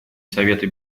совета